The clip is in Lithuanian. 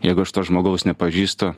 jeigu aš to žmogaus nepažįstu